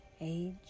age